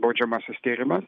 baudžiamasis tyrimas